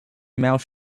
mouse